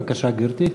בבקשה, גברתי.